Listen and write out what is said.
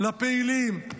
לפעילים.